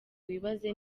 wibaze